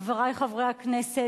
חברי חברי הכנסת,